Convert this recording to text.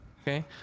Okay